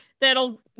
that'll